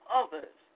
others